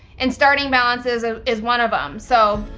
and starting balance is ah is one of them. so,